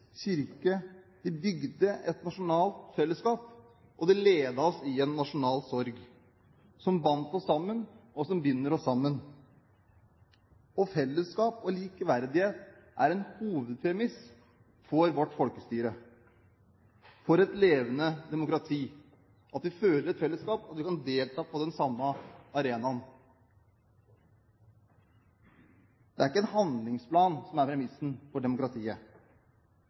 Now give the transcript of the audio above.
bygde et nasjonalt fellesskap. Det ledet oss i en nasjonal sorg som bandt oss sammen, og som binder oss sammen. Fellesskap og likeverdighet er en hovedpremiss for vårt folkestyre, for et levende demokrati, at man føler et fellesskap, og at man kan delta på den samme arenaen – det er ikke en handlingsplan som er premissen for demokratiet